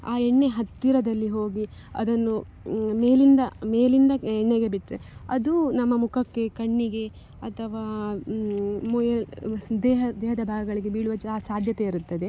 ಆ ಎಣ್ಣೆ ಹತ್ತಿರದಲ್ಲಿ ಹೋಗಿ ಅದನ್ನು ಮೇಲಿಂದ ಮೇಲಿಂದ ಎಣ್ಣೆಗೆ ಬಿಟ್ಟರೆ ಅದು ನಮ್ಮ ಮುಖಕ್ಕೆ ಕಣ್ಣಿಗೆ ಅಥವಾ ಮುಯ್ ಸ್ ದೇಹ ದೇಹದ ಭಾಗಗಳಿಗೆ ಬೀಳುವ ಜಾ ಸಾಧ್ಯತೆ ಇರುತ್ತದೆ